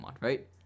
right